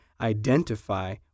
identify